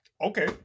Okay